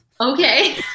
Okay